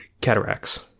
cataracts